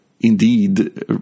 indeed